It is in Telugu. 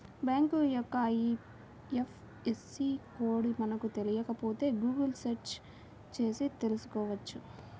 బ్యేంకు యొక్క ఐఎఫ్ఎస్సి కోడ్ మనకు తెలియకపోతే గుగుల్ సెర్చ్ చేసి తెల్సుకోవచ్చు